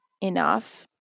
enough